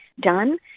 done